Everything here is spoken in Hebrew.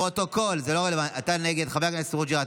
לפרוטוקול: חבר הכנסת חוג'יראת,